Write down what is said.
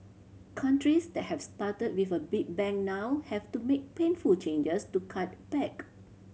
countries that have started with a big bang now have to make painful changes to cut back